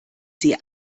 sie